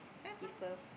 give birth